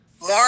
more